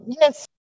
Yes